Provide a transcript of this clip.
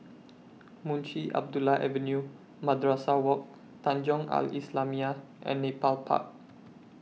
Munshi Abdullah Avenue Madrasah Wak Tanjong Al Islamiah and Nepal Park